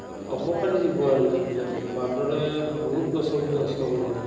অপকাৰী জীৱ আৰু যিবিলাকে আছে বান্দৰে বহুত গছৰ পুলি নষ্ট কৰি দিয়ে